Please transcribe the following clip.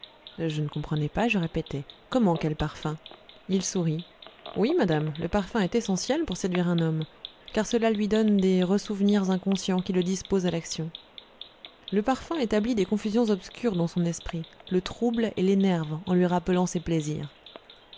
je ne comprenais pas je répétai comment quel parfum il sourit oui madame le parfum est essentiel pour séduire un homme car cela lui donne des ressouvenirs inconscients qui le disposent à l'action le parfum établit des confusions obscures dans son esprit le trouble et l'énerve en lui rappelant ses plaisirs